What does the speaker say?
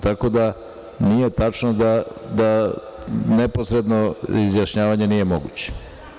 Tako da, nije tačno da neposredno izjašnjavanje nije moguće.